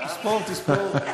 תספור, תספור.